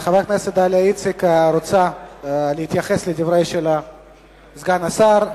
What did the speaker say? חברת הכנסת דליה איציק רוצה להתייחס לדבריו של סגן השר.